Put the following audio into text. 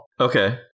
Okay